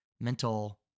mental